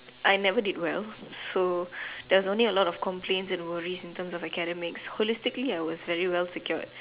I never did well so there was only a lot of complaints and worries in terms of academic holistically I was really well secured